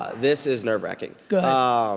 this is nerve wracking. go ah